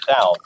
down